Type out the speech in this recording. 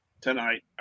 tonight